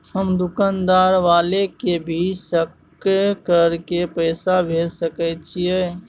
हम दुकान वाला के भी सकय कर के पैसा भेज सके छीयै?